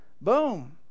Boom